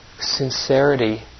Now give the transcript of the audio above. sincerity